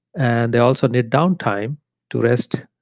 and they also need downtime to rest,